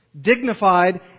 dignified